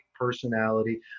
personality